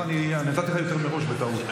לא, אני נתתי לך יותר מראש בטעות.